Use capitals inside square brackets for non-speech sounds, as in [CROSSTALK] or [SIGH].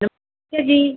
[UNINTELLIGIBLE] जी